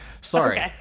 Sorry